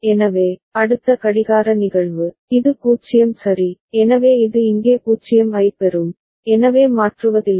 எனவே அடுத்த கடிகார நிகழ்வு இது 0 சரி எனவே இது இங்கே 0 ஐப் பெறும் எனவே மாற்றுவதில்லை